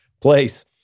place